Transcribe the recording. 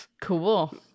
Cool